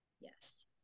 yes